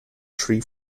tree